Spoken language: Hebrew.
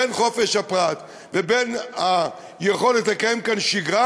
בין חופש הפרט ובין היכולת לקיים כאן שגרה